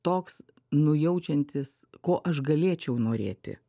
toks nujaučiantis ko aš galėčiau norėti